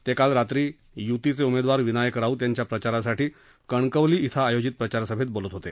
ते काल रात्री युतीचे उमेदवार विनायक राऊत याच्या प्रचारासाठी कणकवली इथं आयोजित प्रचार सभेत बोलत होते